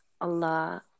Allah